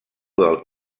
del